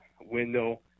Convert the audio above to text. window